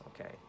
okay